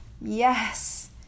yes